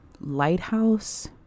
lighthouse